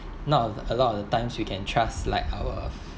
not a lot of the time we can trust like our